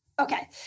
Okay